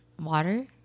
Water